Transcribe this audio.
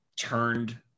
turned